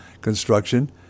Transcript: construction